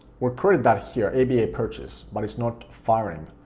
we created that here, aba purchase, but it's not firing,